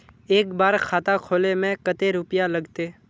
एक बार खाता खोले में कते रुपया लगते?